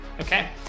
okay